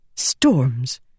storms